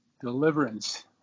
deliverance